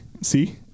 See